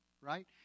right